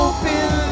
Open